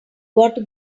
gotta